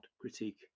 critique